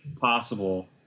possible